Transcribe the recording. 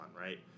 right